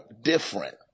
different